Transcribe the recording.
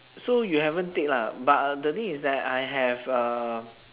so you haven't take lah but uh the thing is that I have uh